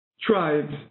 tribes